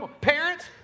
parents